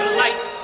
light